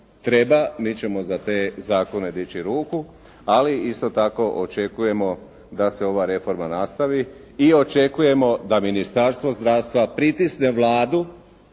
treba, mi ćemo za te zakone dići ruku ali isto tako očekujemo da se ova reforma nastavi i očekujemo da Ministarstvo zdravstva pritisne Vladu